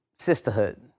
Sisterhood